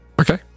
Okay